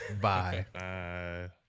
Bye